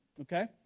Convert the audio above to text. okay